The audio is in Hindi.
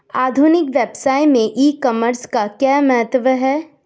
आधुनिक व्यवसाय में ई कॉमर्स का क्या महत्व है?